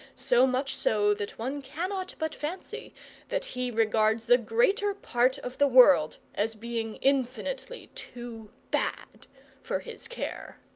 so much so that one cannot but fancy that he regards the greater part of the world as being infinitely too bad for his care.